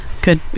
Good